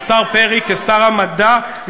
השר פרי כשר המדע,